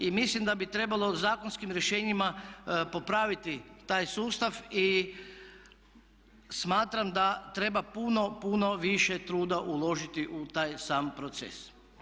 I mislim da bi trebalo zakonskim rješenjima popraviti taj sustav i smatram da treba puno, puno više truda uložiti u taj sam proces.